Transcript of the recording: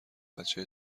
بچه